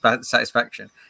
satisfaction